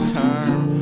time